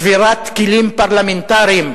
שבירת כלים פרלמנטריים.